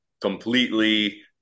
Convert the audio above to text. completely